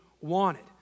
wanted